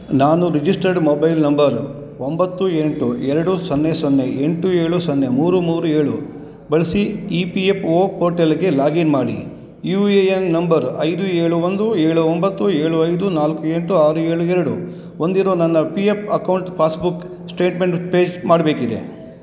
ನಾನು registered mobile number ಒಂಬತ್ತು ಎಂಟು ಎರಡು ಸೊನ್ನೆ ಸೊನ್ನೆ ಎಂಟು ಏಳು ಸೊನ್ನೆ ಮೂರು ಮೂರು ಏಳು ಬಳಸಿ ಇ ಪಿ ಎಪ್ ಒ ಪೋರ್ಟಲ್ಗೆ ಲಾಗಿನ್ ಮಾಡಿ ಯು ಎ ಎನ್ ನಂಬರ್ ಐದು ಏಳು ಒಂದು ಏಳು ಒಂಬತ್ತು ಏಳು ಐದು ನಾಲ್ಕು ಎಂಟು ಆರು ಏಳು ಎರಡು ಹೊಂದಿರೋ ನನ್ನ P F account passbook statement fetch ಮಾಡಬೇಕಿದೆ